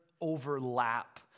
overlap